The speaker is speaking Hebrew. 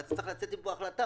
אתה צריך לצאת מפה עם החלטה,